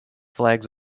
flags